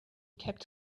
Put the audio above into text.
kept